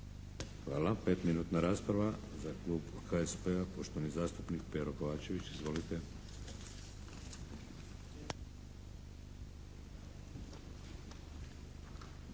Hvala. Pet minutna rasprava. Za klub HSP-a poštovani zastupnik Pero Kovačević. Izvolite!